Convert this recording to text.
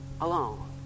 alone